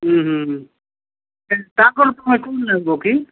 ହୁଁ ହୁଁ ହୁଁ